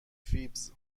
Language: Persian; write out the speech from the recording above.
فیبز